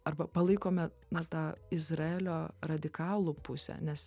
arba palaikome na tą izraelio radikalų pusę nes